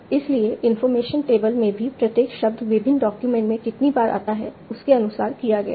इसलिए information table में भी प्रत्येक शब्द विभिन्न डॉक्यूमेंट में कितनी बार आता है उसके अनुसार किया गया है